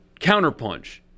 counterpunch